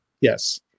Yes